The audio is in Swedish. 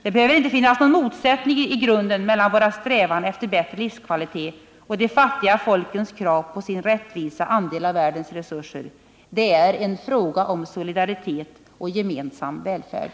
Det behöver inte finnas någon motsättning i grunden mellan vår strävan efter bättre livskvalitet och de fattiga folkens krav på sin rättvisa andel av världens resurser. Det är en fråga om solidaritet och gemensam välfärd.